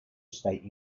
state